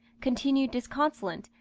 continued disconsolate,